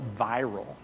viral